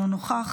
אינו נוכח,